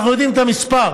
אנחנו יודעים את המספר,